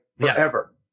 forever